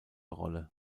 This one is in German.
rolle